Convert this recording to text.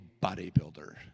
bodybuilder